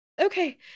Okay